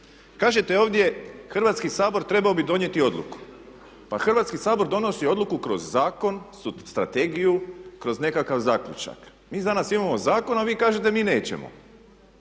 Kažete ovdje Hrvatski sabor trebao bi donijeti odluku. Pa Hrvatski sabor donosi odluku kroz zakon, strategiju, kroz nekakav zaključak. Mi danas imamo zakon, a vi kažete mi nećemo